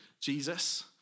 Jesus